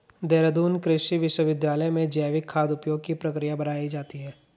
देहरादून कृषि विश्वविद्यालय में जैविक खाद उपयोग की प्रक्रिया बताई जाती है